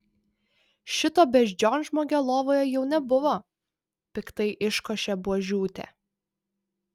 šito beždžionžmogio lovoje jau nebuvo piktai iškošė buožiūtė